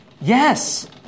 Yes